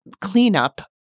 cleanup